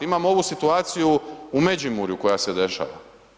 Imamo ovu situaciju u Međimurju koja se dešava.